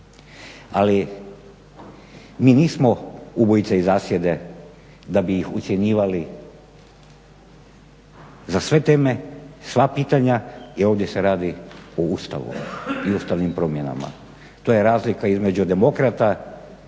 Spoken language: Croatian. Ali, mi nismo ubojice iz zasjede da bi ih ucjenjivali za sve teme i sva pitanja jer ovdje se radi o Ustavu i ustavnim promjenama. To je razlika između demokrata